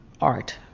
art